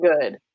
good